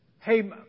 hey